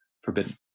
forbidden